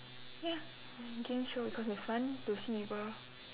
ya game show because it's fun to see people